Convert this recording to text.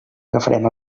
agafarem